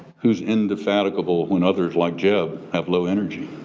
who's indefatigable when others like jeb have low energy,